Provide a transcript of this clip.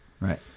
Right